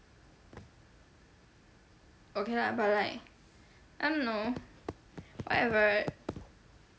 okay lah but like I don't know whatever